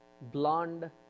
blonde